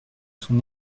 son